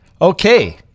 Okay